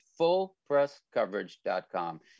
fullpresscoverage.com